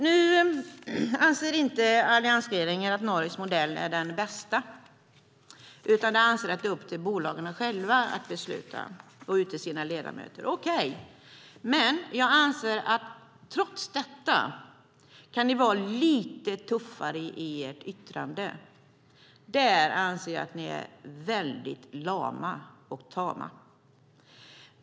Nu anser inte alliansregeringen att Norges modell är den bästa, utan man anser att det är upp till bolagen själva att utse sina ledamöter. Okej, men jag anser att ni trots detta kan vara lite tuffare i ert yttrande. Där anser jag att ni är väldigt lama och tama.